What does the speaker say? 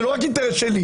זה לא רק אינטרס שלי,